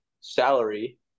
salary